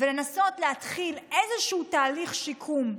ולנסות להתחיל איזשהו תהליך שיקום.